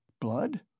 blood